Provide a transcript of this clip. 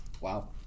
Wow